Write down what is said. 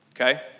okay